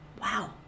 Wow